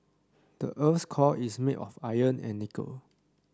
the earth's core is made of iron and nickel